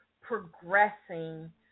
progressing